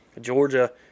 Georgia